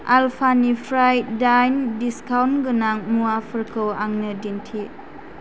आल्फानिफ्राय दाइन डिसकाउन्ट गोनां मुवाफोरखौ आंनो दिन्थि